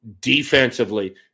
defensively